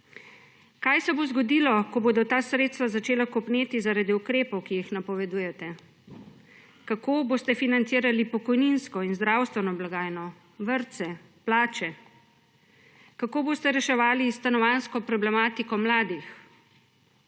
Kaj se bo zgodilo, ko bodo ta sredstva začela kopneti zaradi ukrepov, ki jih napovedujete? Kako boste financirali pokojninsko in zdravstveno blagajno, vrtce, plače? Kako boste reševali stanovanjsko problematiko mladih?